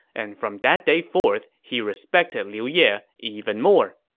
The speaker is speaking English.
and from that day forth, he respected liu ye even more